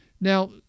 Now